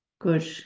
good